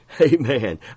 Amen